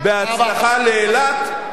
והברכה לאילת,